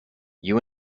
you